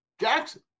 Jackson